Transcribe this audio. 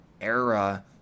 era